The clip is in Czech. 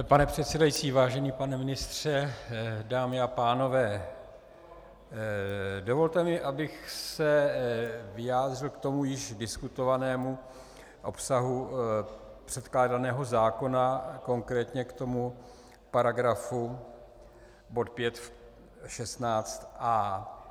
Pane předsedající, vážený pane ministře, dámy a pánové, dovolte mi, abych se vyjádřil k tomu již diskutovanému obsahu předkládaného zákona, konkrétně k bodu 5 § 16a.